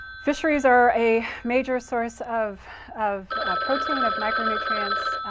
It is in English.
fisheries are a major source of of ah protein, of micronutrients,